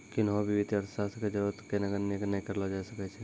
किन्हो भी वित्तीय अर्थशास्त्र के जरूरत के नगण्य नै करलो जाय सकै छै